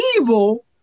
evil